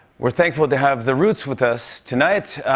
we're thankful to have the roots with us tonight.